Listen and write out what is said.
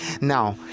Now